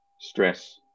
Stress